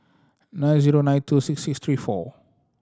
nine zero nine two six six three four